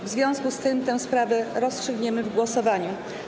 W związku z tym tę sprawę rozstrzygniemy w głosowaniu.